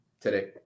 today